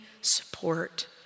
support